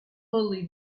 early